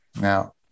Now